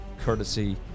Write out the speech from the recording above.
Courtesy